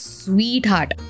sweetheart